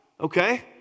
okay